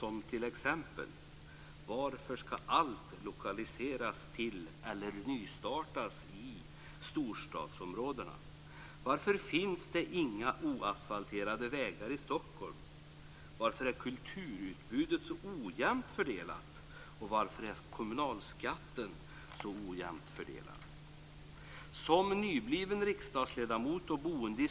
Några exempel är: Varför skall allt lokaliseras till eller nystartas i storstadsområdena? Varför är kulturutbudet så ojämnt fördelat? Varför är kommunalskatten så ojämnt fördelad?